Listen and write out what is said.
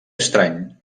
estrany